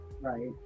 right